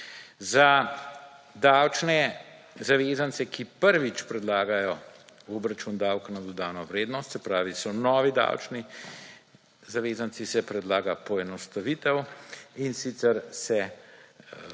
Za davčne zavezance, ki prvič predlagajo v obračun davek na dodano vrednost, se pravi, so novi davčni zavezanci, se predlagata poenostavitev in sicer, se